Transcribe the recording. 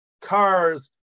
cars